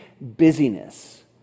busyness